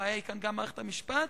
הבעיה כאן היא גם מערכת המשפט,